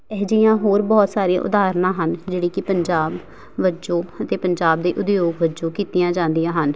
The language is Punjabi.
ਇਹ ਜਿਹੀਆਂ ਹੋਰ ਬਹੁਤ ਸਾਰੀਆਂ ਉਦਾਹਰਨਾਂ ਹਨ ਜਿਹੜੀ ਕੀ ਪੰਜਾਬ ਵਜੋਂ ਅਤੇ ਪੰਜਾਬ ਦੀ ਉਦਯੋਗ ਵਜੋਂ ਕੀਤੀਆਂ ਜਾਂਦੀਆਂ ਹਨ